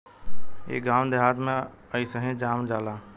इ गांव देहात में अइसही जाम जाला